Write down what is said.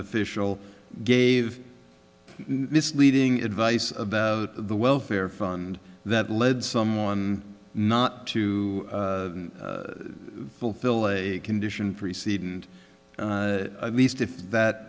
official gave misleading advice about the welfare fund that led someone not to fulfill a condition preceding and least if that